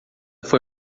foi